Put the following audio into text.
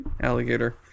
Alligator